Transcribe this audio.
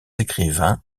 écrivains